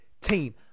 team